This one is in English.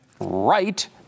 right